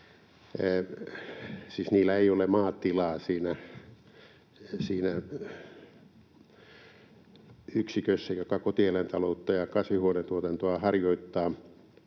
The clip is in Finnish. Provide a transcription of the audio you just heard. niillä ei ole maatilaa siinä yksikössä, joka kotieläintaloutta ja kasvihuonetuotantoa harjoittaa.